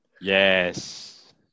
Yes